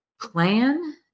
plan